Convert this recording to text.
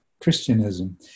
Christianism